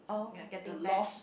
your getting back